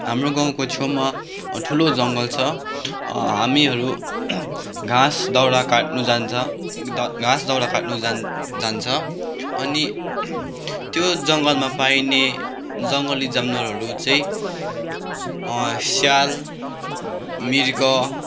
हाम्रो गाउँको छेउमा ठुलो जङ्गल छ हामीहरू घाँस दाउरा काट्नु जान्छ घाँस दाउरा काट्नु जान् जान्छ अनि त्यो जङ्गलमा पाइने जङ्गली जनावरहरू चाहिँ स्याल मृग